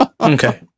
Okay